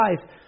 life